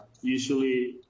usually